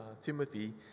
Timothy